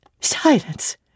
Silence